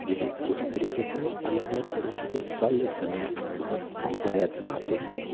वैसे उसी तरीक़े से अलग अलग तरीक़े के फल इस समय बहुत बहुतायत में आते हैं